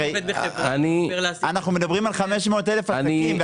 אנחנו מדברים על 500,000 עסקים ו